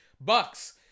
Bucks